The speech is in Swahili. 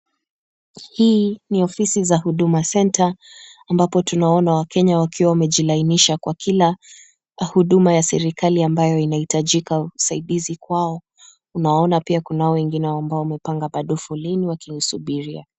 Hii ni ofisi za huduma center ambapo tunaona waKenya wakiwa wamejilainisha kwa kila huduma ya serikali ambayo inahitajika usaidizi kwao unao pia kunao wengi wao wamepanga bado foleni wakimsubiria.